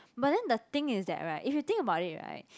but then the thing is that right if you think about it right